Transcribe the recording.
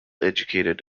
educated